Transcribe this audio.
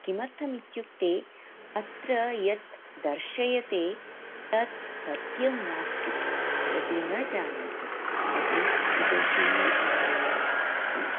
किमर्थम् इत्युक्ते अत्र यत् दर्शयते तत् सत्यं नास्ति भवती न जानाति भवती इतोपि